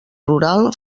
rural